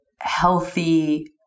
healthy